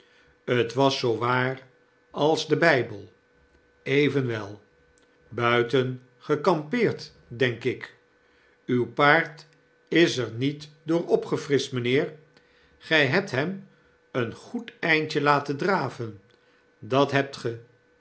t was zoo waar als de bpel evenwel buitengekampeerd denk ik uw paard is er niet door opgefrischt mijnheer grg hebt hem een goed eindje laten draven dat hebt ge